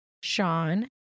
Sean